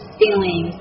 feeling